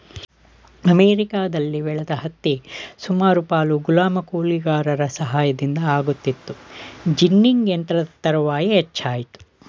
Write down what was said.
ಅಮೆರಿಕದಲ್ಲಿ ಬೆಳೆದ ಹತ್ತಿ ಸುಮಾರು ಪಾಲು ಗುಲಾಮ ಕೂಲಿಗಾರರ ಸಹಾಯದಿಂದ ಆಗುತ್ತಿತ್ತು ಜಿನ್ನಿಂಗ್ ಯಂತ್ರದ ತರುವಾಯ ಹೆಚ್ಚಾಯಿತು